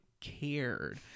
cared